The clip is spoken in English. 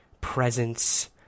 presence